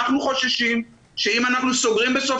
אנחנו חוששים שאם אנחנו סוגרים בסוף